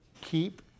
keep